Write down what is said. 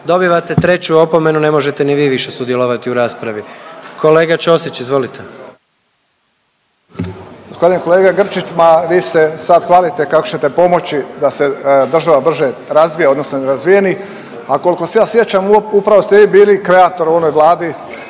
dobivate treću opomenu, ne možete ni vi više sudjelovati u raspravi. Kolega Ćosić, izvolite. **Ćosić, Pero (HDZ)** Zahvaljujem. Kolega Grčić, ma vi se sad hvalite kako ćete pomoći da se država brže razvija odnosno nerazvijeni, a kolko se ja sjećam upravo ste vi bili kreator u onoj Vladi